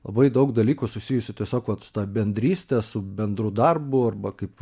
labai daug dalykų susijusių tiesiog vat ta bendryste su bendru darbu arba kaip